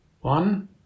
one